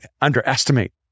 underestimate